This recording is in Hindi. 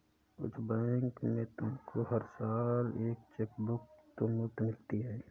कुछ बैंक में तुमको हर साल एक चेकबुक तो मुफ़्त मिलती है